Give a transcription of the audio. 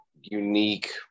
unique